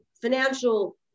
financial